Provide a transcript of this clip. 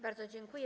Bardzo dziękuję.